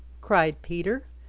cried peter.